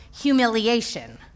humiliation